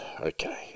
Okay